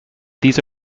these